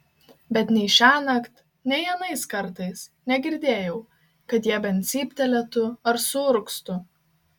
bet nei šiąnakt nei anais kartais negirdėjau kad jie bent cyptelėtų ar suurgztų